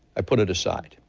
i put it aside.